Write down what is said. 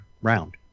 round